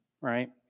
right